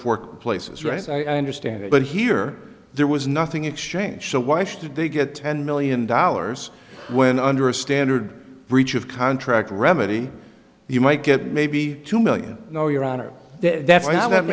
workplaces right as i understand it but here there was nothing exchanged so why should they get ten million dollars when under a standard breach of contract remedy you might get maybe two million no your honor that